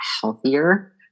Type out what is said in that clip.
healthier